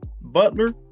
Butler